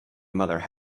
mother